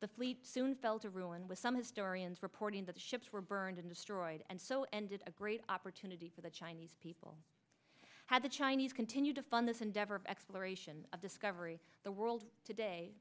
the fleet soon fell to ruin with some historians reporting that ships were burned and destroyed and so ended a great opportunity for the chinese people had the chinese continue to fund this endeavor of exploration of discovery the world today